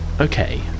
Okay